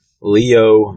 Leo